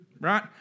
right